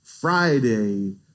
Friday